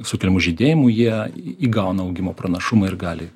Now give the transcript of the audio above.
sukeliamų žydėjimų jie įgauna augimo pranašumą ir gali